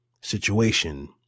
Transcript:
situation